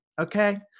okay